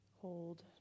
Hold